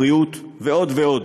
בריאות ועוד ועוד.